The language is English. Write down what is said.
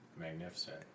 magnificent